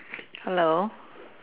hello